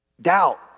doubt